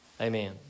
Amen